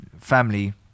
family